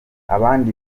abandi